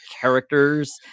characters